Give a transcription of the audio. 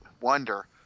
wonder